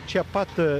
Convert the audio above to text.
čia pat